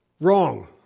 wrong